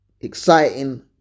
exciting